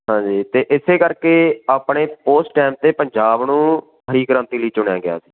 ਹਾਂਜੀ ਅਤੇ ਇਸ ਕਰਕੇ ਆਪਣੇ ਉਸ ਟਾਈਮ 'ਤੇ ਪੰਜਾਬ ਨੂੰ ਹਰੀ ਕ੍ਰਾਂਤੀ ਲਈ ਚੁਣਿਆ ਗਿਆ ਸੀ